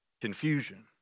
confusion